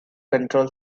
control